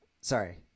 Sorry